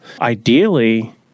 Ideally